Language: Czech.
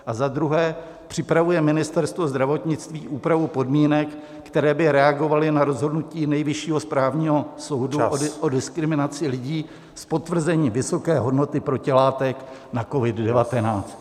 A za druhé, připravuje Ministerstvo zdravotnictví úpravu podmínek, které by reagovaly na rozhodnutí Nejvyššího správního soudu o diskriminaci lidí s potvrzením vysoké hodnoty protilátek na COVID19?